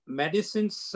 medicines